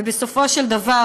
בסופו של דבר,